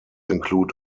include